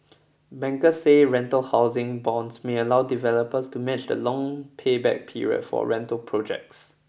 bankers say rental housing bonds may allow developers to match the long payback period for rental projects